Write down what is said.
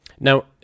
Now